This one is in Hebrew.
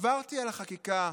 עברתי על החקיקה,